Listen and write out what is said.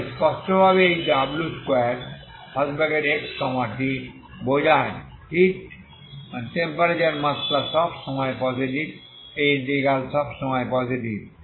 তাই স্পষ্টভাবে এই w2xt বোঝায় হিট মাত্রা সব সময়ে পজিটিভ এই ইন্টেগ্রাল সব সময়ে পজিটিভ